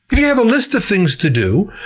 if you have a list of things to do,